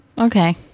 Okay